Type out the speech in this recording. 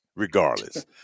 Regardless